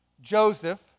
Joseph